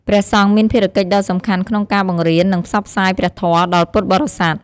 ព្រះសង្ឃមានភារកិច្ចដ៏សំខាន់ក្នុងការ បង្រៀន និងផ្សព្វផ្សាយព្រះធម៌ ដល់ពុទ្ធបរិស័ទ។